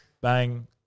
Bang